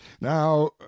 Now